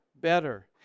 better